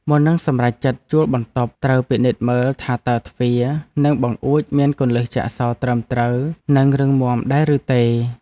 មុននឹងសម្រេចចិត្តជួលបន្ទប់ ត្រូវពិនិត្យមើលថាតើទ្វារ និងបង្អួចមានគន្លឹះចាក់សោត្រឹមត្រូវនិងរឹងមាំដែរឬទេ។